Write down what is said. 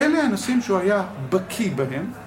אלה אנשים שהוא היה בקיא בהם.